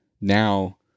Now